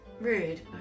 rude